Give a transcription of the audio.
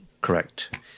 correct